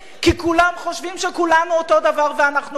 כי כולם חושבים שכולנו אותו דבר, ואנחנו לא.